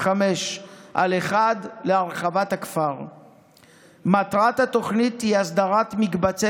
1625/1. מטרת התוכנית היא הסדרת מקבצי